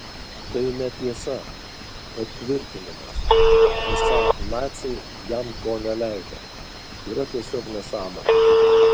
tai netiesa o tvirtinimas esą naciai jam to neleido yra tiesiog nesąmonė